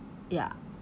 ya